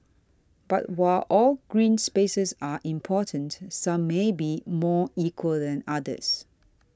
but while all green spaces are important some may be more equal than others